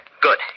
Good